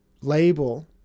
label